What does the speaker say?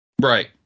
Right